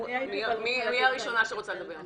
מי הראשונה שרוצה לדבר?